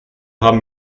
haben